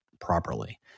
properly